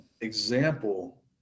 example